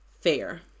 fair